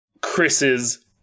Chris's